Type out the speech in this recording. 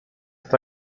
kto